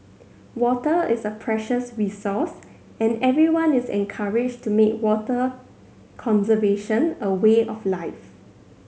water is a precious resource and everyone is encouraged to make water conservation a way of life